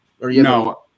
No